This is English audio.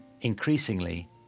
Increasingly